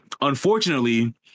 unfortunately